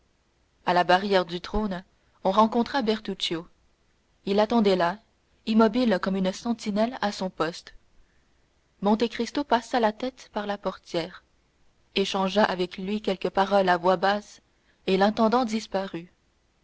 à la barrière du trône on rencontra bertuccio il attendait là immobile comme une sentinelle à son poste monte cristo passa la tête par la portière échangea avec lui quelques paroles à voix basse et l'intendant